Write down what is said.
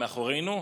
מאחורינו.